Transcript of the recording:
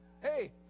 hey